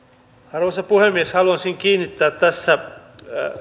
arvoisa puhemies haluaisin kiinnittää tässä